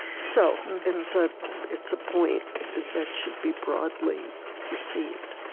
so it's ah it's a point that should be broadly received